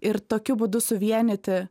ir tokiu būdu suvienyti